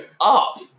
up